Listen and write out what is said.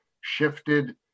shifted